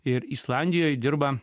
ir islandijoj dirba